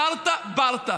חרטא ברטא,